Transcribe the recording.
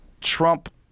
Trump